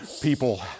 people